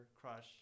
crush